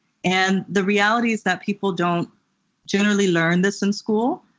and the reality is that people don't generally learn this in school,